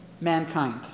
mankind